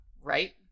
right